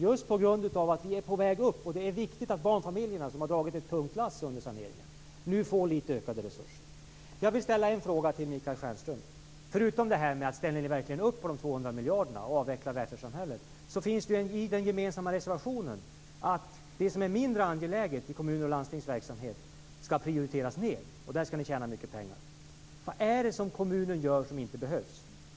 Anledning är just att ekonomin är på väg upp och att det är viktigt att barnfamiljerna, som har dragit ett tungt lass under saneringen, nu får litet ökade resurser. Jag vill ställa en fråga till Michael Stjernström. Förutom det här med huruvida ni verkligen ställer upp på de 200 miljarderna och att avveckla välfärdssamhället står det i den gemensamma reservationen att det som är mindre angeläget i kommuners och landstings verksamhet skall prioriteras ned. Där skall ni tjäna mycket pengar. Vad är det kommunen gör som inte behövs?